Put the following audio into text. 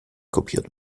kopiert